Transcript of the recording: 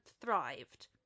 thrived